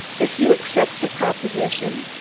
if you accept the proposition,